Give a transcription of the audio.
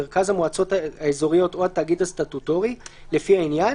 מרכז המועצות האזוריות או התאגיד הסטטוטורי לפי העניין,